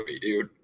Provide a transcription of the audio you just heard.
dude